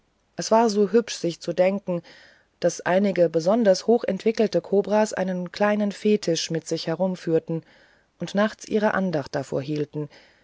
es war so hübsch sich zu denken daß einige besonders hoch entwickelte kobras einen kleinen fetisch mit sich herumführten und nachts ihre andacht davor hielten